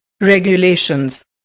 Regulations